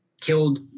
killed